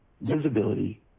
visibility